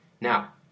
Now